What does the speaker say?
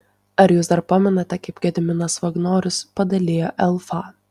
ar jūs dar pamenate kaip gediminas vagnorius padalijo elfą